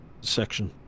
section